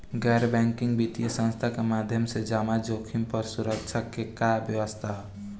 गैर बैंकिंग वित्तीय संस्था के माध्यम से जमा जोखिम पर सुरक्षा के का व्यवस्था ह?